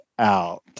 out